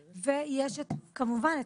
וכמובן,